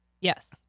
Yes